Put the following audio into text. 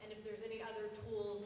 and if there's any other tool